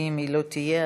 ואם היא לא תהיה,